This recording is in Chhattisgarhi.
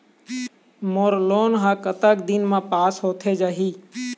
मोर लोन हा कतक दिन मा पास होथे जाही?